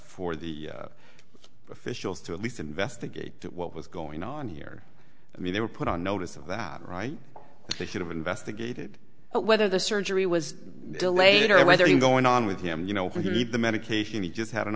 for the officials to at least investigate what was going on here i mean they were put on notice of that right they should have investigated whether the surgery was delayed or whether in going on with him you know if you need the medication he just had an